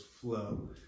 Flow